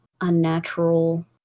unnatural